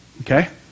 Okay